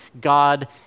God